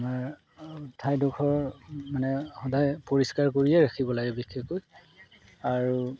আমাৰ ঠাইডোখৰ মানে সদায় পৰিষ্কাৰ কৰিয়ে ৰাখিব লাগে বিশেষকৈ আৰু